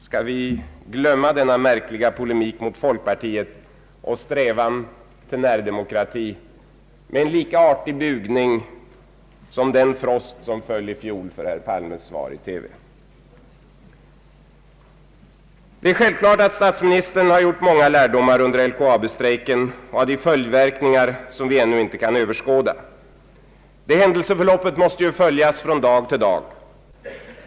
Skall vi glömma denna märkliga polemik mot folkpartiet och strävan till närdemokrati? Skall vi glömma den med en lika artig bugning som den Frost som föll i fjol för herr Palmes svar i TV? Det är självklart att statsministern har gjort många lärdomar under LKAB strejken och av dess följdverkningar, som vi ännu inte kan överskåda. Det händelseförloppet måste ju följas från dag till dag.